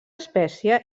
espècie